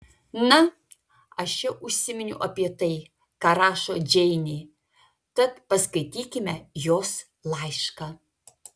na aš jau užsiminiau apie tai ką rašo džeinė tad paskaitykime jos laišką